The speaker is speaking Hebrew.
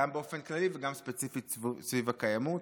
גם באופן כללי וגם ספציפית סביב הקיימות.